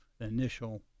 initial